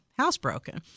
housebroken